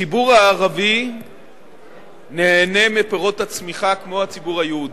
הציבור הערבי נהנה מפירות הצמיחה כמו הציבור היהודי.